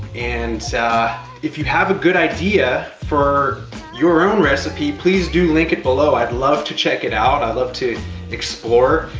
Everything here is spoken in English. and if you have a good idea for your own recipe, please do link it below. i'd love to check it out. i love to explore.